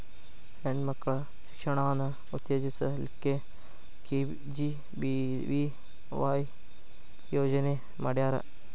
ಹೆಣ್ ಮಕ್ಳ ಶಿಕ್ಷಣಾನ ಉತ್ತೆಜಸ್ ಲಿಕ್ಕೆ ಕೆ.ಜಿ.ಬಿ.ವಿ.ವಾಯ್ ಯೋಜನೆ ಮಾಡ್ಯಾರ್